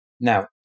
Now